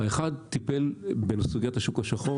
אחד טיפל בסוגיית השוק השחור,